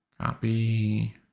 Copy